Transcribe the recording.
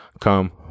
come